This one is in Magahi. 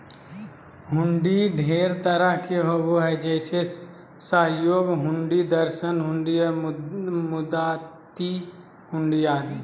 हुंडी ढेर तरह के होबो हय जैसे सहयोग हुंडी, दर्शन हुंडी, मुदात्ती हुंडी आदि